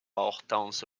hortense